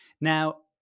Now